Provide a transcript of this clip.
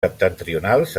septentrionals